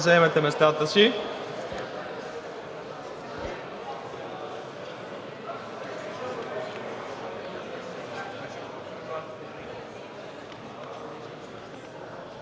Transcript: заемете местата си.